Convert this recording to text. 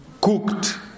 cooked